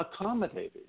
accommodated